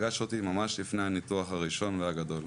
פגש אותי ממש לפני הניתוח הראשון והגדול.